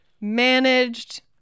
managed